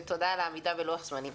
ותודה על העמידה בלוח הזמנים.